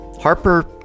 Harper